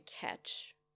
catch